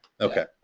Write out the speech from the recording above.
Okay